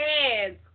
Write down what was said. hands